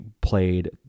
played